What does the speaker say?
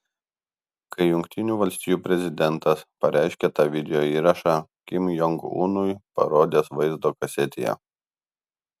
kai jungtinių valstijų prezidentas pareiškė tą videoįrašą kim jong unui parodęs vaizdo kasetėje